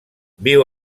viu